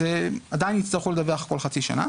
עדיין יצטרכו לדווח כל חצי שנה.